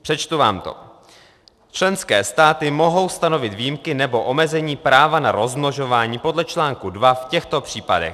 Přečtu vám to: Členské státy mohou stanovit výjimky nebo omezení práva na rozmnožování podle článku 2 v těchto případech: